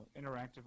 interactive